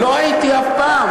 לא הייתי אף פעם.